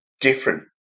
different